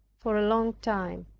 for a long time.